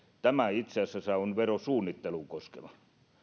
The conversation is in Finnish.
tämä itse asiassa on verosuunnittelua koskeva